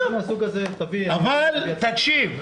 הממשלה